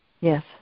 Yes